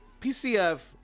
PCF